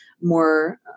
more